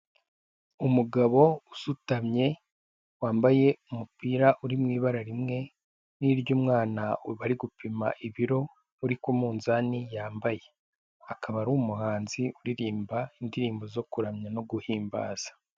Umugabo usutamye wambaye umupira uri mu ibara rimwe n'iry'umwana bari gupima ibiro uri ku munzani yambaye, akaba ari umuhanzi uririmba indirimbo zo kuramya no guhimbaza.